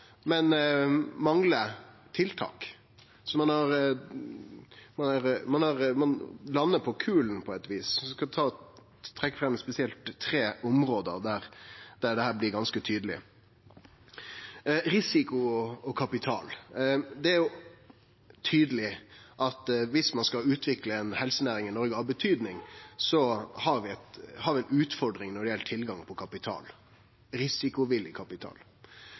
men at ho manglar tiltak. Ein landar på kulen på eit vis. Eg skal trekkje fram spesielt tre område der dette blir ganske tydeleg. Om risiko og kapital: Det er tydeleg at om ein skal utvikle ei helsenæring av betydning i Noreg, har vi ei utfordring når det gjeld tilgang på risikovillig kapital.